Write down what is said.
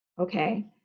okay